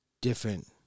different